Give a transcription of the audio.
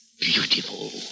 Beautiful